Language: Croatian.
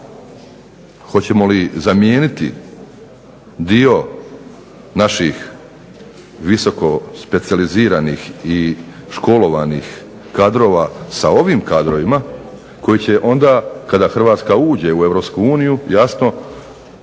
Hoćemo li zamijeniti dio naših visoko specijaliziranih i školovanih kadrova sa ovim kadrovima koji će onda kada Hrvatska uđe u Europsku